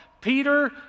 Peter